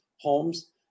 homes